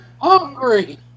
hungry